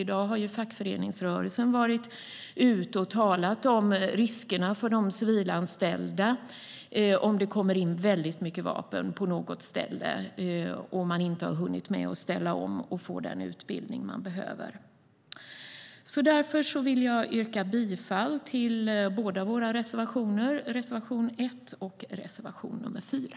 I dag har fackföreningsrörelsen varit ute och talat om riskerna för de civilanställda om det kommer in många vapen på ett visst ställe och de inte har hunnit få den utbildning de behöver. Jag yrkar bifall till våra reservationer nr 1 och nr 4.